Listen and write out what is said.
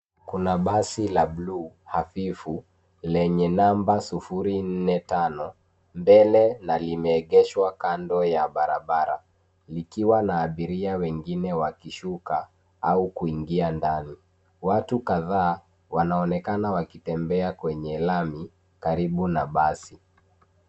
Kuna basi la buluu hafifu lenye namba 045 mbele na limeegeshwa kando ya barabara, likiwa na abiria wengine wakishuka au kuingia ndani. Watu kadhaa wanaonekana wakitembea kwenye lami karibu na basi.